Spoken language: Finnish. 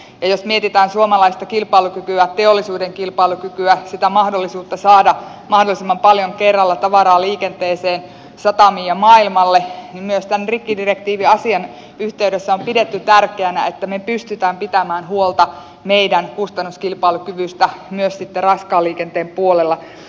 ja jos mietitään suomalaista kilpailukykyä teollisuuden kilpailukykyä sitä mahdollisuutta saada mahdollisimman paljon kerralla tavaraa liikenteeseen satamiin ja maailmalle niin myös tämän rikkidirektiiviasian yhteydessä on pidetty tärkeänä että me pystymme pitämään huolta meidän kustannuskilpailukyvystä myös sitten raskaan liikenteen puolella